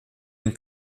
den